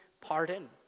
pardon